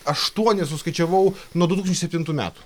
aštuoni suskaičiavau nuo du tūkstančiai septintų metų